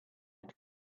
and